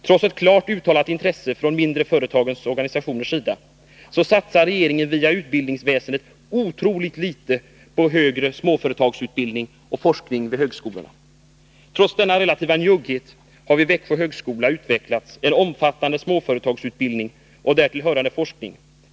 Trots ett klart uttalat intresse från de mindre företagens organisationers sida satsar regeringen via utbildningsväsendet otroligt litet på högre småföretagsutbildning och forskning vid högskolorna. Trots denna relativa njugghet har vid Växjö högskola utvecklats en omfattande småföretagsutbildning och därtill hörande forskning.